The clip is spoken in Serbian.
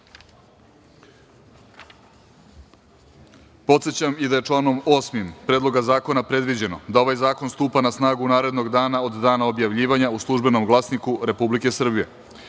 načelu. Podsećam i da je članom 8. Predloga zakona predviđeno da ovaj zakon stupa na snagu narednog dana od dana objavljivanja u „Službenom glasniku Republike Srbije“.Prema